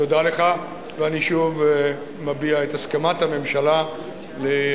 תודה לך, ואני שוב מביע את הסכמת הממשלה לחקיקה